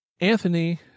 Anthony